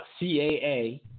CAA